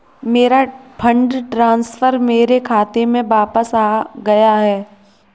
मेरा fund transfer मेरे खाते में वापस आ गया है